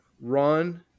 run